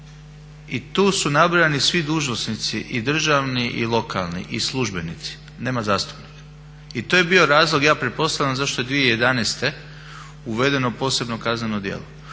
i tu su nabrojani svi dužnosnici i državni i lokalni i službenici, nema zastupnika. I to je bio razlog, ja pretpostavljam zašto je 2011. uvedeno posebno kazneno djelo